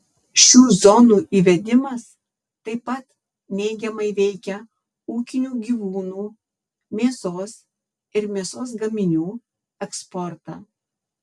šių zonų įvedimas taip pat neigiamai veikia ūkinių gyvūnų mėsos ir mėsos gaminių eksportą